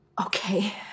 Okay